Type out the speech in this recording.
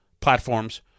platforms